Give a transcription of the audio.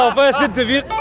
um first interview.